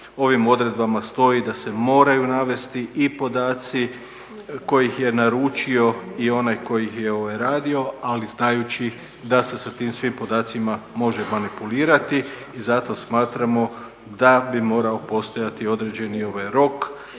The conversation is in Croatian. ovim odredbama stoji da se moraju navesti i podaci kojih je naručio i onaj tko ih je radio, ali znajući da se sa svim tim podacima može manipulirati. I zato smatramo da bi morao postojati određeni rok